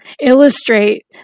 illustrate